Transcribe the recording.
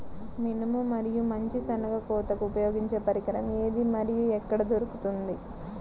మినుము మరియు మంచి శెనగ కోతకు ఉపయోగించే పరికరం ఏది మరియు ఎక్కడ దొరుకుతుంది?